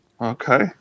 Okay